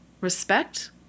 respect